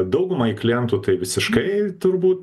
daugumai klientų tai visiškai turbūt